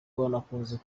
banakunze